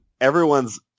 everyone's